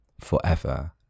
forever